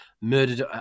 murdered